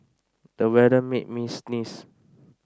the weather made me sneeze